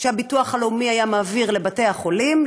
שהביטוח הלאומי היה מעביר לבתי החולים.